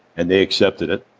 and they accepted it